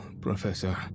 professor